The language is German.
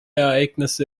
ereignisse